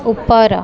ଉପର